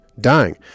dying